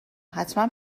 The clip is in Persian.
حتما